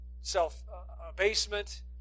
self-abasement